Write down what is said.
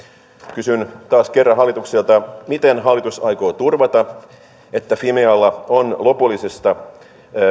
kysyn taas kerran hallitukselta miten hallitus aikoo turvata että fimealla on lopullisesta